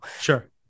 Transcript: sure